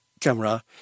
camera